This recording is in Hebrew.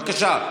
בבקשה.